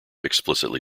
explicitly